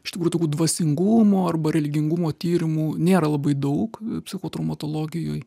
iš tikrųjų tokio dvasingumo arba religingumo tyrimų nėra labai daug psichotraumatologijoj